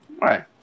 Right